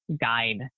guide